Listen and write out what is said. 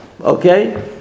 Okay